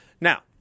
Now